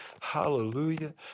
Hallelujah